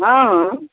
हँ